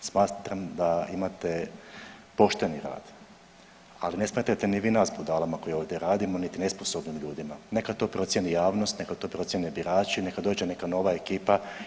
Smatram da imate pošten rad, ali ne smatrajte ni vas nas budalama koji ovdje radimo niti nesposobnim ljudima, neka to procijeni javnost, neka to procijene birači, neka dođe neka nova ekipa.